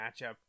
matchup